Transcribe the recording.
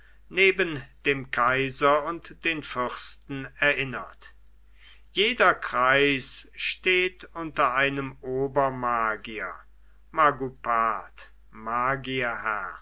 neben dem kaiser und den fürsten erinnert jeder kreis steht unter einem obermagier magupat magierherr